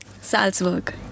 Salzburg